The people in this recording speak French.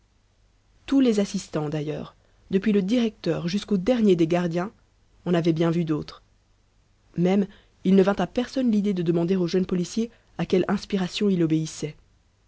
tous les assistants d'ailleurs depuis le directeur jusqu'au dernier des gardiens en avaient bien vu d'autres même il ne vint à personne l'idée de demander au jeune policier à quelle inspiration il obéissait